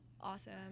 awesome